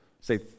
say